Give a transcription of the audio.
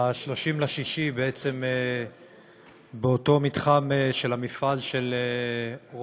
ב-30 ביוני, באותו מתחם של מפעל רותם